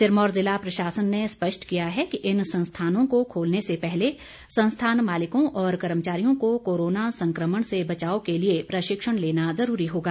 सिरमौर जिला प्रशासन ने स्पष्ट किया है कि इन संस्थानों को खोलने से पहले संस्थान मालिकों और कर्मचारियों को कोरोना संकमण से बचाव के लिए प्रशिक्षण लेना जरूरी होगा